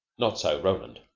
not so roland.